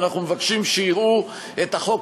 ואנחנו מבקשים שיראו את החוק,